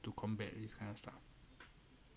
to combat this kind stuff